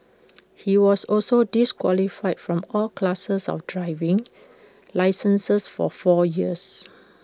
he was also disqualified from all classes of driving licenses for four years